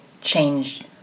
changed